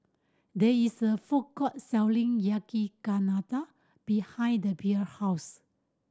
there is a food court selling Yakizakana behind the Blair house